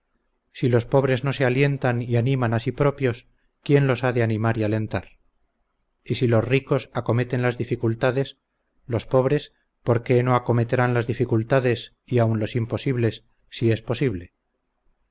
si los pobres no se alientan y animan a si propios quién los ha de animar y alentar y si los ricos acometen las dificultades los pobres por qué no acometerán las dificultades y aun los imposibles si es posible